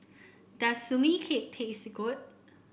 does Sugee Cake taste good